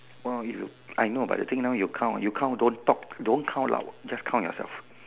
!wow! you I know but the thing now you count you count don't talk don't count loud just count yourself